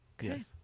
Yes